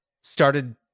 started